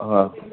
हा